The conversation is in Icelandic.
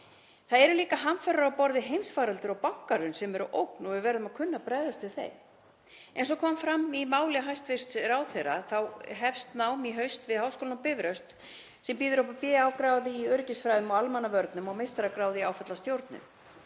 Það eru líka hamfarir á borð við heimsfaraldur og bankahrun sem eru ógn og við verðum að kunna að bregðast við þeim. Eins og kom fram í máli hæstv. ráðherra þá hefst nám í haust við Háskólann á Bifröst sem býður upp á B.A.-gráðu í öryggisfræðum og almannavörnum og meistaragráðu í áfallastjórnun.